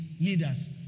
leaders